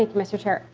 like mr. chair.